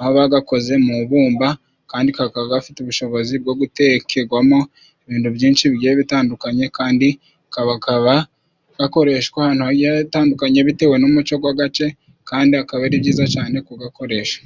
haba gakoze mu bumba kandi kakaba gafite ubushobozi bwo gutekegwamo ibintu byinshi bigiye bitandukanye kandi kakaba gakoreshwa ahantu hagiye hatandukanye bitewe n'umuco gw'agace kandi akaba ari byiza cane kugakoresha.